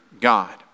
God